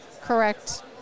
correct